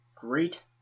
great